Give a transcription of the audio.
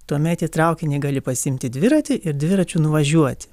tuomet į traukinį gali pasiimti dviratį ir dviračiu nuvažiuoti